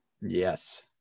Yes